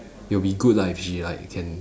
it'll be good lah if she like can